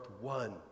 one